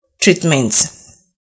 treatments